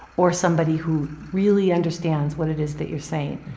or somebody who really understands what it is that you're saying.